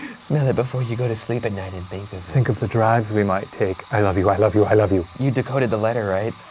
smell it before you go to sleep at night and think of. think of the drives we might take. i love you, i love you, i love you. you decoded the letter, right?